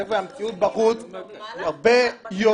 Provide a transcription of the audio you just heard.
חבר'ה, המציאות בחוץ היא הרבה יותר